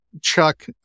Chuck